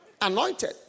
anointed